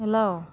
hello